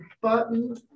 button